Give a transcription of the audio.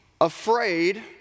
afraid